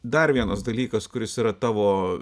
dar vienas dalykas kuris yra tavo